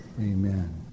Amen